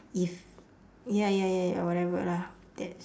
if ya ya ya ya whatever lah that's